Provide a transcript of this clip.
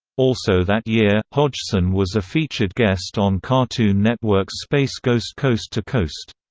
also that year, hodgson was a featured guest on cartoon network's space ghost coast to coast.